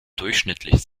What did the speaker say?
durchschnittlich